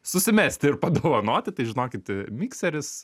susimesti ir padovanoti tai žinokit mikseris